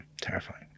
Terrifying